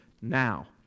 now